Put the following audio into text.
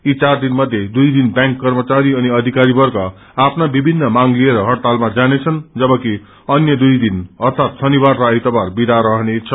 यी चार दिनमध्ये दुई दिन व्यांक कप्रचारी अनि अधिकरीवर्ग आफ्ना विभिनन मांग लिएर हड़तालमा जोनेछन् जबकि अन्य दुङ्गदिन अर्थात शनिवार र आइतबार विदा रहनेछ